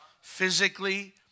Physically